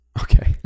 Okay